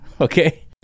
Okay